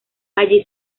allí